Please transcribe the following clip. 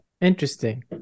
Interesting